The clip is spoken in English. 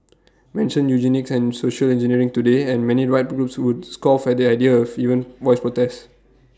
mention eugenics and social engineering today and many rights groups would scoff at the idea even voice protest